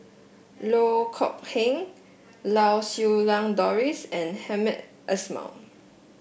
Loh Kok Heng Lau Siew Lang Doris and Hamed Ismail